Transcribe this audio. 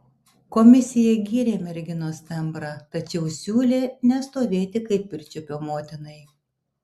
komisija gyrė merginos tembrą tačiau siūlė nestovėti kaip pirčiupio motinai